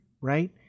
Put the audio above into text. Right